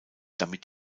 damit